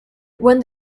when